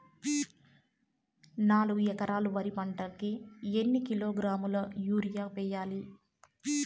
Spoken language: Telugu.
నాలుగు ఎకరాలు వరి పంటకి ఎన్ని కిలోగ్రాముల యూరియ వేయాలి?